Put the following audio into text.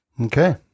Okay